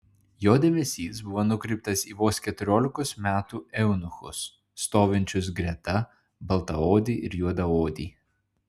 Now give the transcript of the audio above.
jo dėmesys buvo nukreiptas į vos keturiolikos metų eunuchus stovinčius greta baltaodį ir juodaodį